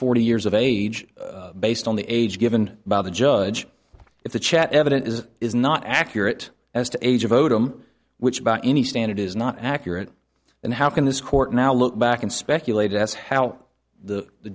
forty years of age based on the age given by the judge if the chat evident is is not accurate as to age of odom which by any standard is not accurate and how can this court now look back and speculate as how the the